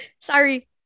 sorry